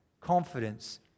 confidence